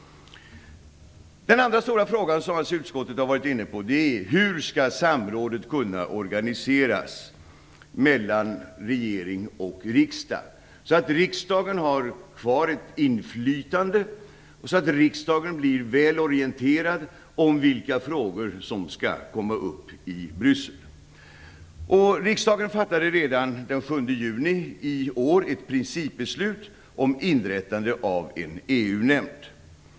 Den andra stora fråga som utskottet har behandlat gäller hur samrådet skall organiseras mellan regering och riksdag. Riksdagen skall ha kvar ett inflytande och skall bli väl orienterad om vilka frågor som skall tas upp i Bryssel. Riksdagen fattade redan den 7 juni i år ett principbeslut om inrättande av en EU-nämnd.